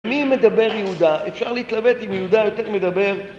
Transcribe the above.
מי מדבר יהודה? אפשר להתלבט אם יהודה יותר מדבר?